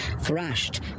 thrashed